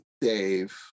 Dave